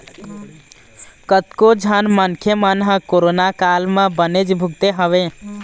कतको झन मनखे मन ह कोरोना काल म बनेच भुगते हवय